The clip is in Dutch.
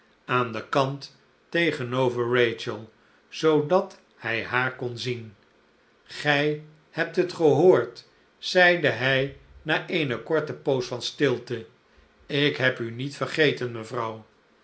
aan den kant tegenover rachel zoodat hij haar kon zien gij hebt het gehoord zeide hij naeenekorte poos van stilte ik heb u niet vergeten mevrouw